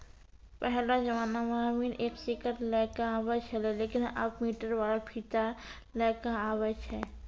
पहेलो जमाना मॅ अमीन एक सीकड़ लै क आबै छेलै लेकिन आबॅ मीटर वाला फीता लै कॅ आबै छै